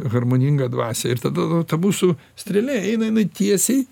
harmoningą dvasią ir tada ta mūsų strėlė eina jinai tiesiai